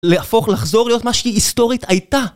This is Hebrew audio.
להפוך לחזור להיות מה שהיא היסטורית הייתה